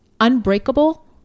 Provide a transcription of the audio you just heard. unbreakable